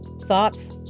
Thoughts